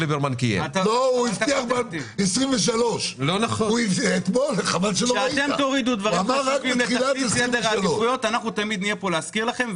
--- הוא הבטיח רק בתחילת 2023. אנחנו תמיד נהיה פה להזכיר לכם.